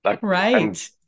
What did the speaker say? Right